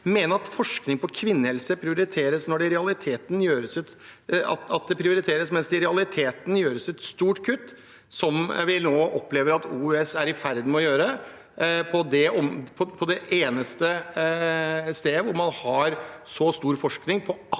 mene at forskning på kvinnehelse prioriteres, mens det i realiteten gjøres et stort kutt – som vi nå opplever at OUS er i ferd med å gjøre, på det eneste stedet hvor man har så mye forskning på